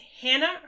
Hannah